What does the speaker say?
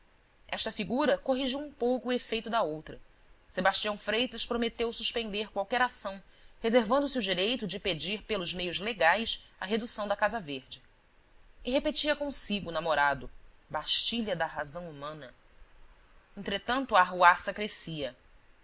esta figura corrigiu um pouco o efeito da outra sebastião freitas prometeu suspender qualquer ação reservando se o direito de pedir pelos meios legais a redução da casa verde e repetia consigo namorado bastilha da razão humana entretanto a arruaça crescia